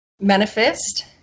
manifest